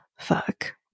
fuck